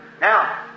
Now